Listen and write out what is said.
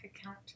account